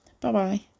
Bye-bye